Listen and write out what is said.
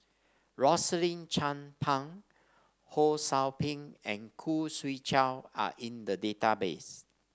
Rosaline Chan Pang Ho Sou Ping and Khoo Swee Chiow are in the database